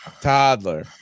toddler